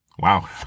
Wow